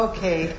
Okay